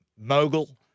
Mogul